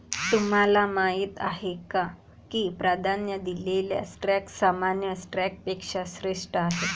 तुम्हाला माहीत आहे का की प्राधान्य दिलेला स्टॉक सामान्य स्टॉकपेक्षा श्रेष्ठ आहे?